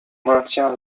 maintient